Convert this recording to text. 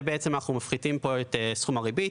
פה, בעצם, אנחנו מפחיתים את סכום הריבית.